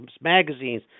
magazines